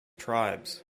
tribes